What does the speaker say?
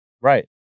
Right